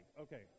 Okay